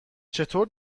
چطور